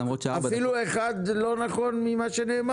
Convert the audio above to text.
אפילו דבר אחד לא נכון ממה שנאמר?